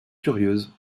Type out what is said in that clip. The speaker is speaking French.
curieuse